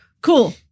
cool